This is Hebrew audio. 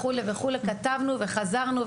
ונסענו וחזרנו,